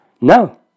No